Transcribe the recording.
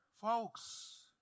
folks